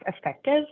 effective